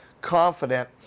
confident